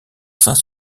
saint